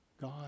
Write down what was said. God